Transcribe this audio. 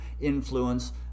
influence